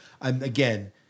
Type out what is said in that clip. again